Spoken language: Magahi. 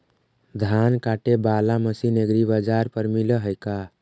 धान काटे बाला मशीन एग्रीबाजार पर मिल है का?